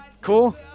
Cool